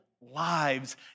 lives